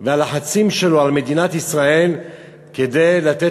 והלחצים שלו על מדינת ישראל כדי לתת